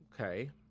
Okay